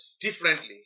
differently